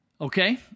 Okay